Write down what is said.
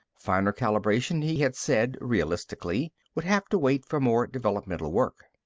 finer calibration, he had said realistically, would have to wait for more developmental work.